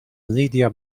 lydia